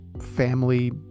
family